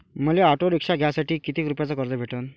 मले auto rickshaw घ्यासाठी कितीक रुपयाच कर्ज भेटनं?